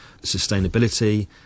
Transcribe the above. sustainability